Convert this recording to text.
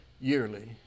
yearly